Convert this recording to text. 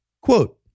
Quote